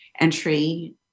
entry